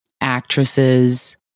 actresses